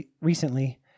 recently